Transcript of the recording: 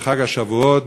בחג השבועות,